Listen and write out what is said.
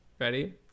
Ready